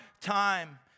time